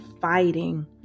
fighting